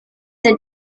the